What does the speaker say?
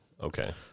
Okay